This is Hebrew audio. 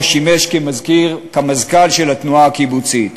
שבו שימש מזכ"ל התנועה הקיבוצית.